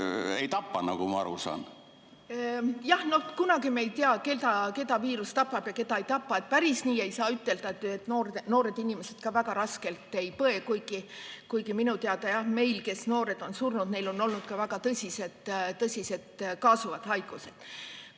ei tapa, nagu ma aru saan. Kunagi me ei tea, keda viirus tapab ja keda ei tapa. Päris nii ei saa ütelda, et noored inimesed üldse väga raskelt ei põe. Kuigi minu teada, jah, noortel, kes on surnud, on olnud ka väga tõsised kaasuvad haigused.